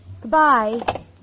Goodbye